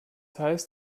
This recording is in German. heißt